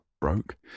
broke